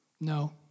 No